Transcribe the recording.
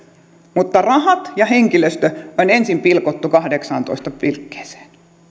mutta rahat ja henkilöstö on ensin pilkottu kahdeksaantoista pilkkeeseen